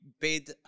paid